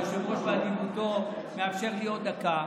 היושב-ראש, באדיבותו, מאפשר לי עוד דקה.